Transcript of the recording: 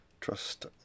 trust